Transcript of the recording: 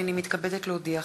הנני מתכבדת להודיעכם,